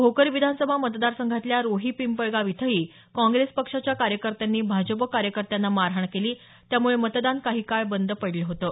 भोकर विधानसभा मतदारसंघातल्या रोहिपिंपळगाव इथंही काँग्रेस पक्षाच्या कार्यकत्यांनी भाजप कार्यकर्त्यांना मारहाण केली त्यामुळे मतदान काही काळ बंद पडलं होतं